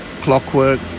clockwork